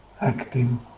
acting